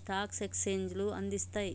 stock ఎక్స్చేంజ్లు అందిస్తయ్